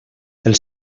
els